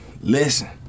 listen